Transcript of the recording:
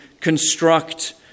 construct